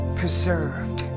preserved